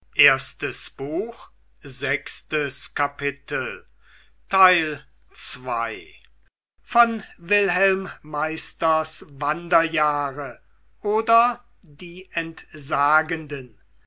goethe wilhelm meisters wanderjahre oder die entsagenden